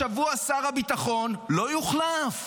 השבוע שר הביטחון לא יוחלף.